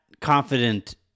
confident